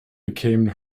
became